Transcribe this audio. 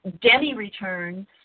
demi-returns